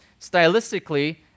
stylistically